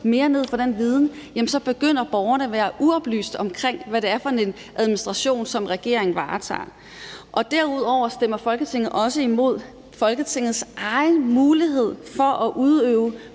lukker ned for den viden, jamen så begynder borgerne at være uoplyste omkring, hvad det er for en administration, som regeringen varetager. Derudover stemmer Folketinget også imod Folketingets egen mulighed for, at vi